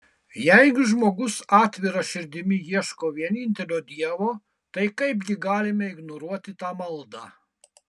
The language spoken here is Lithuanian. jeigu žmogus atvira širdimi ieško vienintelio dievo tai kaipgi galime ignoruoti tą maldą